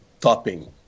topping